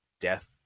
death